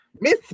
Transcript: Miss